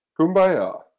kumbaya